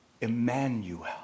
Emmanuel